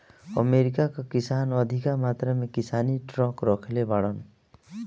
America कअ किसान अधिका मात्रा में किसानी ट्रक रखले बाड़न